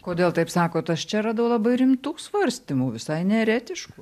kodėl taip sakote aš čia radau labai rimtų svarstymų visai ne eretišku